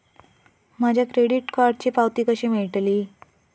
माझ्या क्रेडीट कार्डची पावती कशी मिळतली?